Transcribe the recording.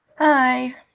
Hi